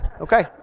Okay